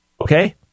okay